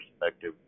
perspective